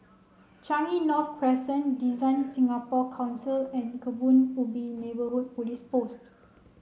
Changi North Crescent Design Singapore Council and Kebun Ubi Neighbourhood Police Post